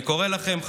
אני קורא לכם,